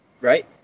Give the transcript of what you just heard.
Right